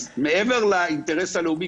מעבר לאינטרס הלאומי,